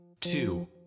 Two